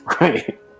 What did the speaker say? Right